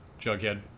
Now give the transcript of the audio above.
Jughead